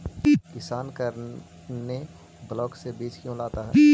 किसान करने ब्लाक से बीज क्यों लाता है?